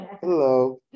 Hello